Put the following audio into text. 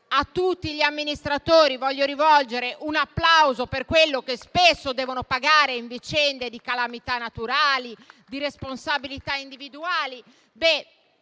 a tutti gli amministratori un applauso per quello che spesso devono pagare in vicende di calamità naturali e di responsabilità individuali.